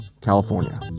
California